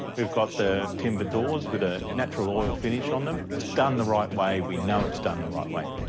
we've got the timber doors with a natural oil finish on them. it's done the right way. we know it's done the right way.